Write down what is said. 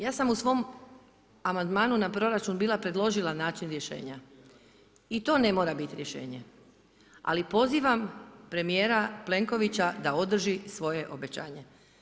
Ja sam u svom amandmanu na proračun bila predložila način rješenja i to ne mora bit rješenje, ali pozivam premijera Plenkovića da održi svoje obećanje.